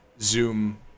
zoom